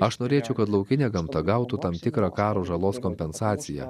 aš norėčiau kad laukinė gamta gautų tam tikrą karo žalos kompensaciją